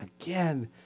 again